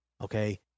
Okay